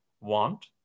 want